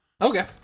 okay